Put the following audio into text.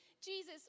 Jesus